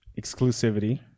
Exclusivity